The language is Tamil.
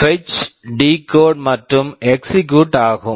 பெட்ச் fetch டீகோட் decode மற்றும் எக்சிகியூட் execute ஆகும்